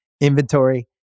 inventory